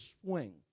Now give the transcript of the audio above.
swing